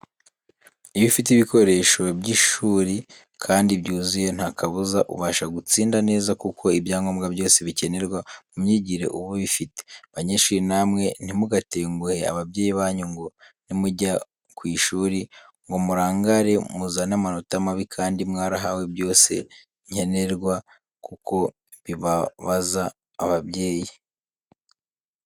Iyo ufite ibikoresho by'ishuri kandi byuzuye ntakabuza ubasha gutsinda neza kuko ibyangombwa byose bikenerwa mu myigire uba ubifite. Banyeshuri namwe ntimugatenguhe ababyeyi banyu ngo nimujya ku ishuri ngo murangare muzane amanota mabi kandi mwarahawe byose nkenerwa kuko bibabaza ababyeyi.